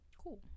Cool